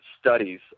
studies